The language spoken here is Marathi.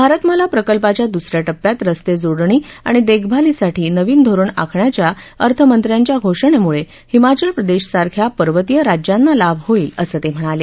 भारतमाला प्रकल्पाच्या दुसऱ्या टप्प्यात रस्ते जोडणी आणि देखभालीसाठी नवीन धोरण आखण्याच्या अर्थमंत्र्यांच्या घोषणेमुळे हिमाचल प्रदेश सारख्या पर्वतीय राज्यांना लाभ होईल असं ते म्हणाले